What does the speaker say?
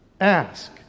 ask